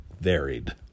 varied